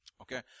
Okay